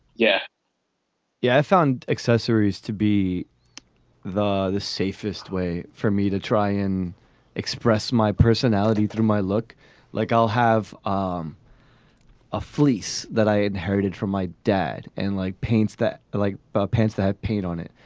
yeah yeah. fun accessories to be the the safest way for me to try and express my personality through my look like i'll have um a fleece that i inherited from my dad and like paints that like pants that paint on it.